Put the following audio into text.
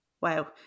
wow